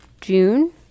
June